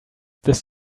this